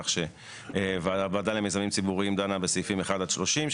כך שהוועדה למיזמים ציבוריים דנה בסעיפים 1 עד 30,